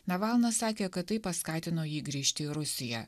navalnas sakė kad tai paskatino jį grįžti į rusiją